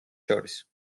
შორის